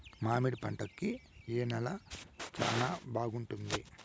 మామిడి పంట కి ఏ నేల చానా బాగుంటుంది